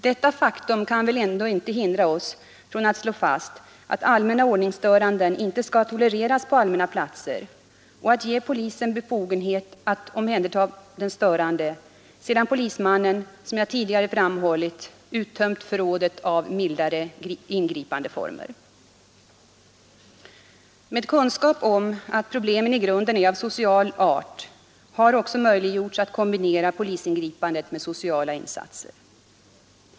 Detta faktum kan väl ändå inte hindra oss att slå fast att allvarliga ordningsstörningar inte skall tolereras på allmänna platser och från att ge polisen befogenhet att omhänderta den störande, sedan polismannen som jag tidigare framhållit uttömt förrådet av mildare ingripandeformer. Med kunskap om att problemen i grunden är av social art har också möjliggjorts att kombinera polisingripandet med sociala insatser.